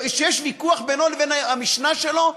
שיש ויכוח בינו לבין המשנה שלו,